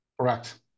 Correct